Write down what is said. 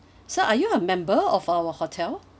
sir are you a member of our hotel